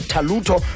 Taluto